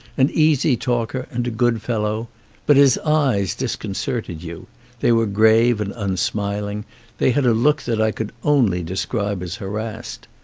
an easy talker and a good fellow but his eyes disconcerted you they were grave and unsmiling they had a look that i could only de scribe as harassed.